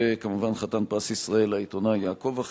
וכמובן חתן פרס ישראל, העיתונאי יעקב אחימאיר.